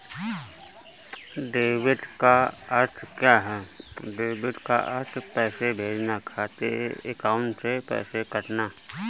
Debit का अर्थ क्या है?